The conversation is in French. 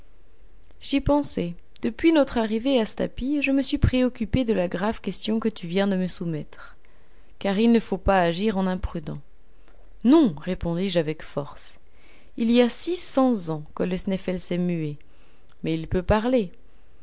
j'y pensais depuis notre arrivée à stapi je me suis préoccupé de la grave question que tu viens de me soumettre car il ne faut pas agir en imprudents non répondis-je avec force il y a six cents ans que le sneffels est muet mais il peut parler